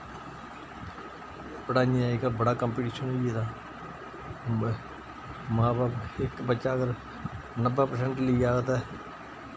पढ़ाइयें अजकल्ल बड़ा कम्पटीशन होई गेदा ब मां बब्ब इक बच्चा अगर नब्बै परसैंट लिआ दा तै